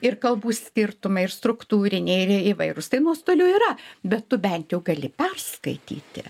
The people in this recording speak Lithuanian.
ir kalbų skirtumai ir struktūriniai ir įvairūs tai nuostolių yra bet tu bent jau gali perskaityti